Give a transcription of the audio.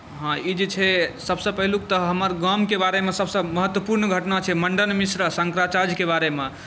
हँ ई जे छै सभसँ पहिलुक तऽ हमर गामके बारेमे सभसँ महत्वपूर्ण घटना छै मण्डन मिश्र आ शङ्कराचार्यके बारेमे